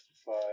five